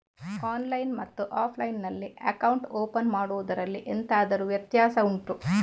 online ಮತ್ತು offline ನಲ್ಲಿ account open ಮಾಡುವುದರಲ್ಲಿ ಎಂತಾದರು ವ್ಯತ್ಯಾಸ ಉಂಟಾ